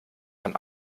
man